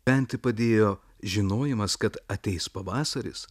bent į padėjo žinojimas kad ateis pavasaris